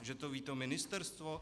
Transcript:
Že to ví to ministerstvo.